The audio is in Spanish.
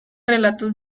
relatos